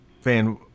fan